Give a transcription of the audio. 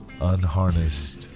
unharnessed